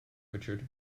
richard